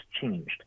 changed